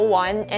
one